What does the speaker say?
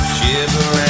Shiver